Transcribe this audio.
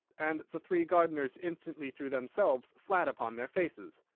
and the three gardeners instantly threw themselves flat upon their faces.